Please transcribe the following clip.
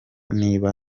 niba